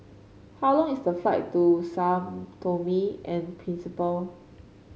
how long is the flight to Sao Tomy and Principe